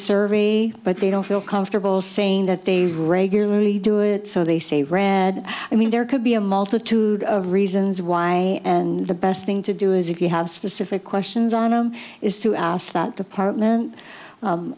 survey but they don't feel comfortable saying that they've regularly do it so they say rare i mean there could be a multitude of reasons why and the best thing to do is if you have specific questions i know is to ask that the partment